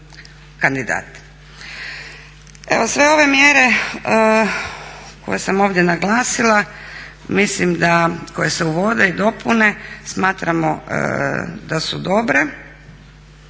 Sve ove mjere koje sam ovdje naglasila, mislim da koje se uvode i dopune smatramo da su dobre.